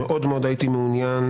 המליאה,